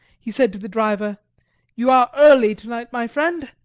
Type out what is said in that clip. he said to the driver you are early to-night, my friend.